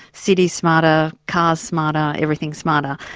cities smarter, cars smarter, everything smarter.